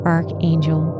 Archangel